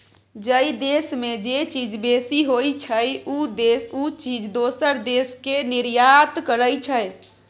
जइ देस में जे चीज बेसी होइ छइ, उ देस उ चीज दोसर देस के निर्यात करइ छइ